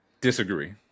disagree